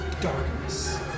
darkness